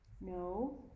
No